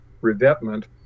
revetment